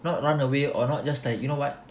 not run away or not just like you know what